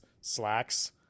slacks